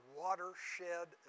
watershed